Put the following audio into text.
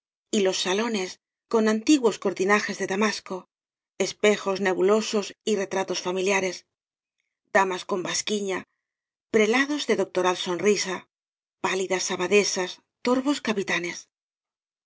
y los salones con antiguos cor tinajes de damasco espejos nebulosos y re tratos familiares damas con basquiña pre lados de doctoral sonrisa pálidas abadesas torvos capitanes